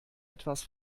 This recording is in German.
etwas